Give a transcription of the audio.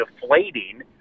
deflating